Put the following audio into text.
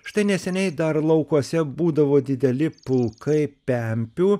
štai neseniai dar laukuose būdavo dideli pulkai pempių